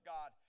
God